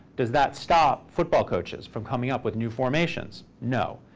does that stop football coaches from coming up with new formations? no.